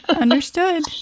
understood